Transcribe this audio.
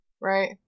right